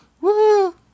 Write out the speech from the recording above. woo